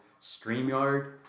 StreamYard